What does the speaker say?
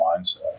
mindset